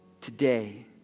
today